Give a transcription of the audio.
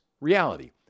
reality